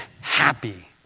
happy